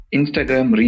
Instagram